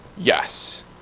Yes